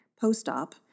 post-op